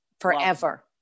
forever